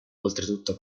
oltretutto